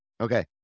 Okay